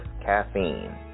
caffeine